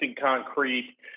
concrete